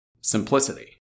Simplicity